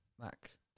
Mac